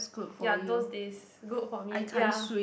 ya those days good for me ya